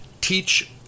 teach